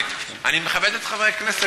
אני מכבד את חברי הכנסת.